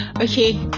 okay